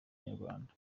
inyarwanda